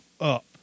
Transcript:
Up